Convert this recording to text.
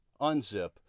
unzip